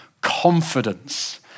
confidence